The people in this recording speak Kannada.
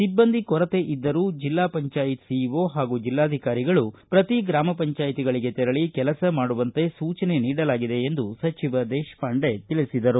ಸಿಬ್ಲಂದಿ ಕೊರತೆ ಇದ್ದರೂ ಜಪಂ ಸಿಇಒ ಹಾಗೂ ಜಿಲ್ಲಾಧಿಕಾರಿಗಳು ಪ್ರತಿ ಗ್ರಮ ಪಂಚಾಯ್ತಿಗಳಿಗೆ ತೆರಳಿ ಕೆಲಸ ಮಾಡುವಂತೆ ಸೂಚನೆ ನೀಡಲಾಗಿದೆ ಎಂದು ದೇಶಪಾಂಡೆ ತಿಳಿಸಿದರು